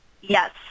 Yes